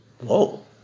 whoa